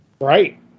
Right